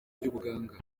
ry’ubuganga